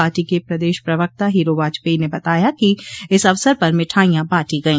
party के प्रदेश प्रवक्ता हीरो वाजपेई ने बताया कि इस अवसर पर मिठाइयां बांटी गई